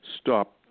stop